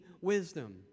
wisdom